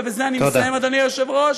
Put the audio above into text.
ובזה אני מסיים, אדוני היושב-ראש: